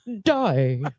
die